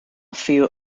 few